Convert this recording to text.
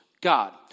God